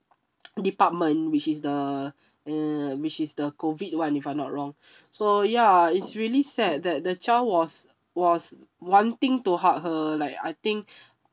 department which is the err which is the COVID [one] if I'm not wrong so ya it's really sad that the child was was wanting to hug her like I think